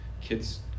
kids